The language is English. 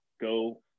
go